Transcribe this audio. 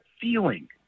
feeling